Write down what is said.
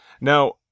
Now